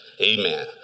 amen